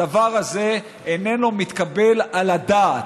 הדבר הזה איננו מתקבל על הדעת.